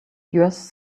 yours